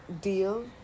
deal